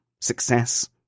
success